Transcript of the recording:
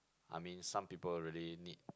I mean some people really need